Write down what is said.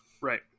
right